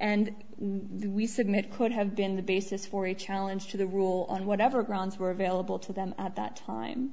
and we said it could have been the basis for a challenge to the rule on whatever grounds were available to them at that time